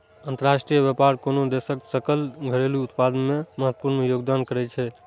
अंतरराष्ट्रीय व्यापार कोनो देशक सकल घरेलू उत्पाद मे महत्वपूर्ण योगदान करै छै